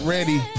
Ready